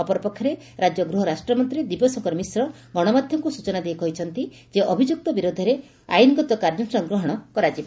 ଅପରପକ୍ଷରେ ରାକ୍ୟ ଗୃହରାଷ୍ଟ୍ରମନ୍ତ୍ରୀ ଦିବ୍ୟଶଙ୍କର ମିଶ୍ର ଗଣମାଧ୍ଧମକୁ ସୂଚନାଦେଇ କହିଛନ୍ତି ଯେ ଅଭିଯୁକ୍ତ ବିରୋଧରେ ଆଇନଗତ କାର୍ଯ୍ୟାନୁଷ୍ଠାନ ଗ୍ରହଶ କରାଯିବ